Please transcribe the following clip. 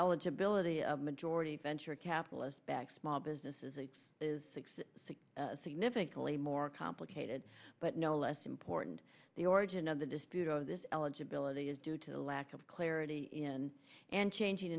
eligibility of majority venture capitalist back small businesses it's six significantly more complicated but no less important the origin of the dispute over this eligibility is due to lack of clarity in and changing